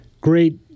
Great